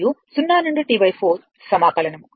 లభిస్తుంది